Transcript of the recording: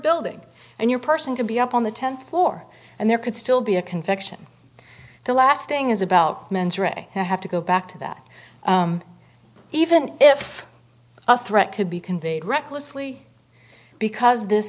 building and your person could be up on the tenth floor and there could still be a confection the last thing is about mens rea i have to go back to that even if a threat could be conveyed recklessly because this